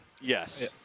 Yes